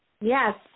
Yes